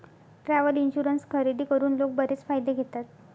travel insurance खरेदी करून लोक बरेच फायदे घेतात